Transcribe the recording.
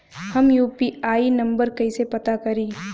हम यू.पी.आई नंबर कइसे पता करी?